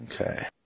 Okay